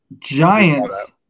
Giants